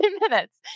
minutes